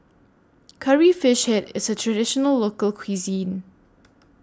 Curry Fish Head IS A Traditional Local Cuisine